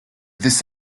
this